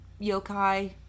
yokai